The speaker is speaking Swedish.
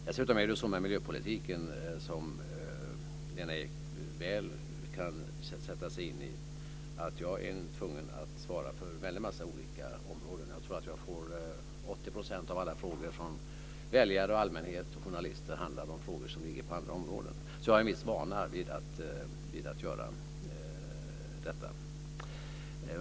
Dessutom är det så med miljöpolitiken, som Lena Ek mycket väl inser, att jag är tvungen att svara för en väldig massa olika områden. Jag skulle tro att 80 % av alla frågor från väljare, allmänhet och journalister handlar om sådant som gäller andra områden än miljöpolitiken. Jag har en viss vana vid detta.